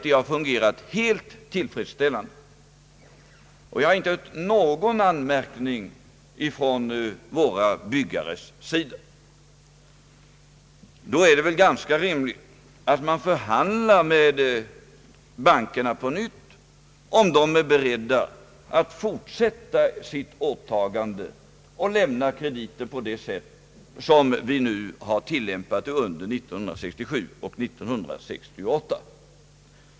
De har fungerat helt tillfredsställande, och jag har inte hört någon anmärkning från våra byggares sida. Då är det väl ganska rimligt att vi förhandlar med bankerna på nytt om en fortsättning på deras åtaganden att lämna krediter på det sätt som tilllämpats under 1967 och 1968.